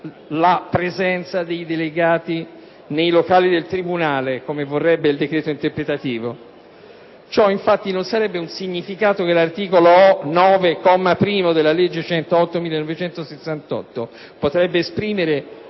la «presenza dei delegati nei locali del tribunale», come vorrebbe il decreto interpretativo: ciò, infatti, non sarebbe un significato che l'articolo 9, comma 1, della legge n. 108 del 1968 potrebbe esprimere